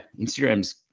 instagram's